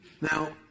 Now